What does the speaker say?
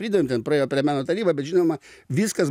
pridavėm ten praėjo per meno tarybą bet žinoma viskas